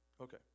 Okay